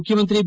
ಮುಖ್ಯಮಂತ್ರಿ ಬಿ